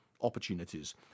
opportunities